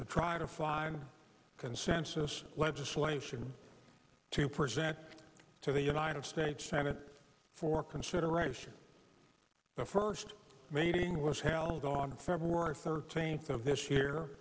to try to fly the consensus legislation to present to the united states senate for consideration the first meeting was held on february thirteenth of this year